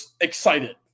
excited